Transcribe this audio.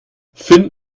finn